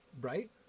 Right